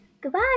goodbye